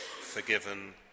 forgiven